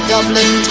Dublin